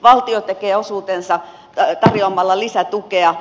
valtio tekee osuutensa tarjoamalla lisätukea